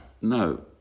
No